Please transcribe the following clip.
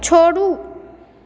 छोड़ू